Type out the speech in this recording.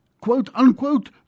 quote-unquote